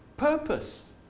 Purpose